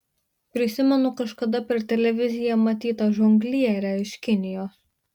prisimenu kažkada per televiziją matytą žonglierę iš kinijos